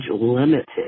Limited